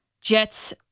Jets